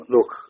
Look